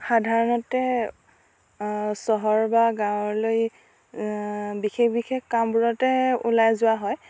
সাধাৰণতে চহৰ বা গাঁৱলৈ বিশেষ বিশেষ কামবোৰতে ওলাই যোৱা হয়